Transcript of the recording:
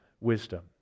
wisdom